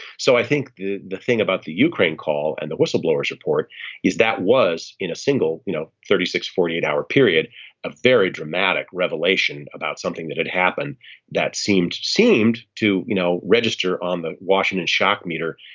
so i think the the thing about the ukraine call and the whistleblowers report is that was in a single you know thirty six forty eight hour period a very dramatic revelation about something that had happened that seemed seemed to you know register on the washington shock meter.